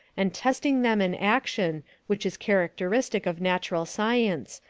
and testing them in action which is characteristic of natural science,